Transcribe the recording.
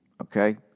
okay